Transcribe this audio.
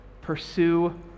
Pursue